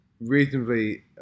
reasonably